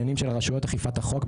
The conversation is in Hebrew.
עניינים של הרשויות אכיפת החוק,